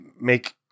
make